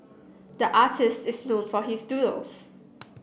the artists is known for his doodles